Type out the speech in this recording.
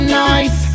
nice